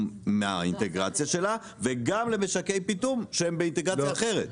מהאינטגרציה שלה וגם למשקי פיטום שהם באינטגרציה אחרת?